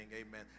amen